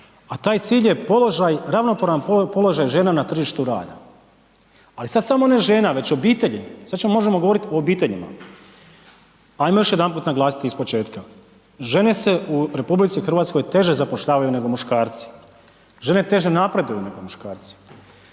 a taj cilj je položaj, ravnopravan položaj žena na tržištu rada, ali sad samo ne žena, već obitelji, sad možemo govoriti o obiteljima. Ajmo još jedanput naglasiti ispočetka, žene se u Republici Hrvatskoj teže zapošljavaju nego muškarci, žene teže napreduju nego muškarci,